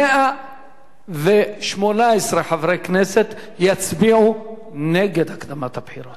118 חברי כנסת יצביעו נגד הקדמת הבחירות.